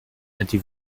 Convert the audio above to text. die